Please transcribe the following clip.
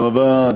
תודה רבה.